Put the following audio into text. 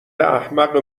احمق